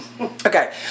Okay